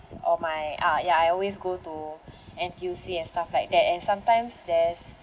or my ah ya I always go to N_T_U_C and stuff like that and sometimes there's